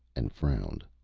and frowned.